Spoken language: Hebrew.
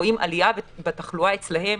רואים עליה בתחלואה אצלם,